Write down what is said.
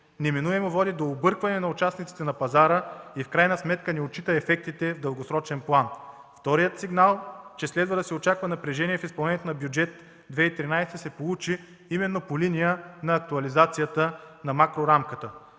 неминуемо води до объркване на участниците на пазара и в крайна сметка не отчита ефектите в дългосрочен план. Вторият сигнал, че следва да се очаква напрежение в изпълнението на Бюджет 2013 г., се получи именно по линия на актуализацията на макрорамката.